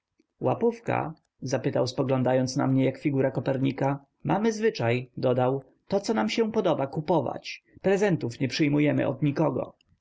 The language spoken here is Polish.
łapówka zapytał spoglądając na mnie jak figura kopernika mamy zwyczaj dodał to co nam się podoba kupować prezentów nie przyjmujemy od nikogo